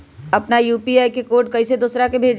अपना यू.पी.आई के कोड कईसे दूसरा के भेजी?